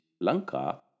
Lanka